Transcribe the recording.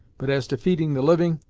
but as to feeding the living,